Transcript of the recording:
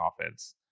offense